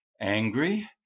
angry